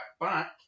back